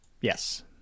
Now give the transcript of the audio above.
Yes